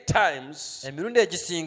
times